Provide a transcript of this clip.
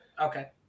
Okay